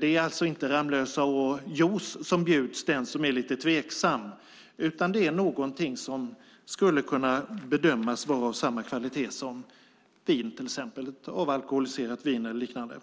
Det är alltså inte Ramlösa och juice som bjuds den som är lite tveksam utan någonting som skulle kunna bedömas vara av samma kvalitet som till exempel vin, avalkoholiserat vin eller liknande.